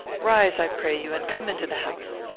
rise, i pray you, and come into the house.